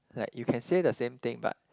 like you can say the same thing but